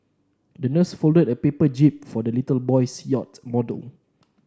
the nurse folded a paper jib for the little boy's yacht model